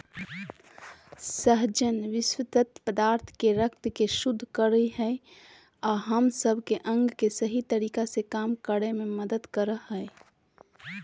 सहजन विशक्त पदार्थ के रक्त के शुद्ध कर हइ अ हम सब के अंग के सही तरीका से काम करे में मदद कर हइ